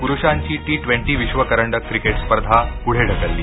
पुरुषांची T twenty विश्व करंडक क्रिकेट स्पर्धा पुढे ढकलली